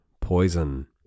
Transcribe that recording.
Poison